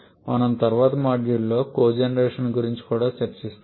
మనము తరువాత మాడ్యూల్లో కోజెనరేషన్ గురించి కూడా చర్చిస్తాము